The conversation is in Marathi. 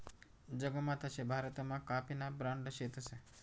जगमा तशे भारतमा काफीना ब्रांड शेतस